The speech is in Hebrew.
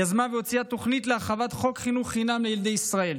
יזמה והוציאה תוכנית להרחבת חוק חינוך חינם לילדי ישראל